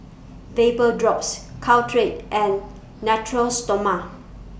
Vapodrops Caltrate and Natura Stoma